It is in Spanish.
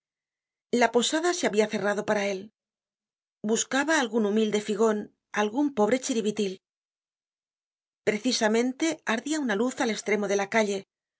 la posada se habia cerrado para él buscaba algun humilde figon algun pobre chiribitil precisamente ardia una luz al estremo de la calle